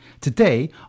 Today